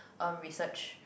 um research